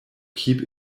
keep